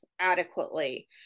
adequately